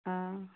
অঁ